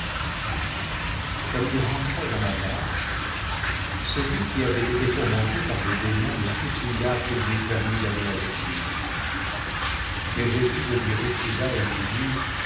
comme il rentrait dans la barque celui qui avait été tourmenté par le démon le supplia qu'il lui permît d'aller avec lui mais jésus le lui refusa et lui dit